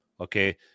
Okay